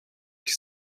qui